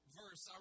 verse